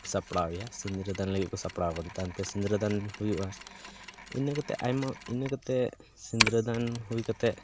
ᱥᱟᱯᱲᱟᱣ ᱮᱭᱟ ᱥᱤᱝᱨᱟᱹᱫᱟᱱ ᱞᱟᱹᱜᱤᱫ ᱠᱚ ᱥᱟᱯᱲᱟᱣ ᱮᱭᱟ ᱛᱟᱭᱚᱢ ᱛᱮ ᱥᱤᱝᱨᱟᱹᱫᱟᱱ ᱦᱩᱭᱩᱜᱼᱟ ᱤᱱᱟᱹ ᱠᱟᱛᱮᱫ ᱟᱭᱢᱟ ᱤᱱᱟᱹ ᱠᱟᱛᱮᱫ ᱥᱤᱝᱨᱟᱹᱫᱟᱱ ᱦᱩᱭ ᱠᱟᱛᱮᱫ